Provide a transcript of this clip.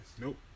Nope